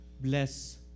Bless